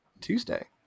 Tuesday